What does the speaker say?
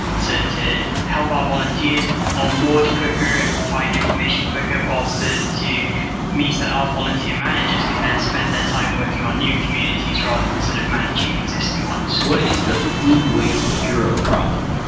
to to help our volunteers onboard quicker and find information quicker, also to to means that our volunteer managers can then spend their time working on new communities, rather than sort of managing the existing ones what is the food waste hero problem?